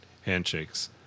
handshakes